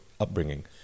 upbringing